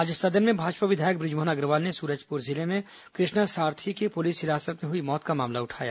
आज सदन में भाजपा विधायक बृजमोहन अग्रवाल ने सूरजपुर जिले में कुष्णा सारथी की पुलिस हिरासत में हुई मौत का मामला उठाया